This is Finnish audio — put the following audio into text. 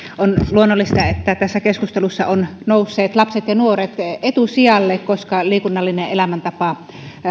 on luonnollista että tässä keskustelussa lapset ja nuoret ovat nousseet etusijalle koska liikunnallinen elämäntapa